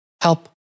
Help